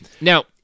Now